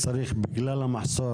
יש פה נציגים של משרדי ממשלה.